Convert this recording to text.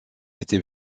était